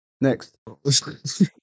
Next